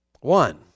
one